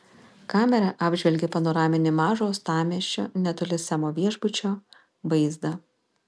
kamera apžvelgė panoraminį mažo uostamiesčio netoli semo viešbučio vaizdą